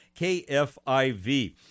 KFIV